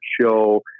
show